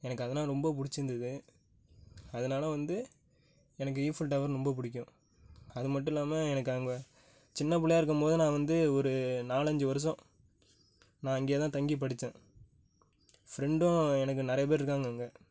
எனக்கு அதுனால் ரொம்ப பிடித்திருந்தது அதனால வந்து எனக்கு ஈஃபில் ட டவர் ரொம்போ பிடிக்கும் அது மட்டுல்லாமல் எனக்கு அங்கே சின்ன புள்ளையாக இருக்கும்போது நான் வந்து ஒரு நாலஞ்சு வருஷம் நான் அங்கேயே தான் தங்கி படித்தேன் ஃப்ரெண்டும் எனக்கு நிறைய பேரிருக்காங்க அங்கே